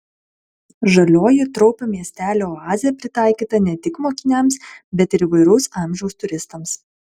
žalioji traupio miestelio oazė pritaikyta ne tik mokiniams bet ir įvairaus amžiaus turistams